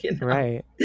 right